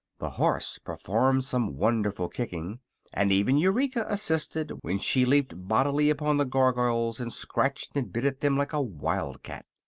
the horse performed some wonderful kicking and even eureka assisted when she leaped bodily upon the gargoyles and scratched and bit at them like a wild-cat.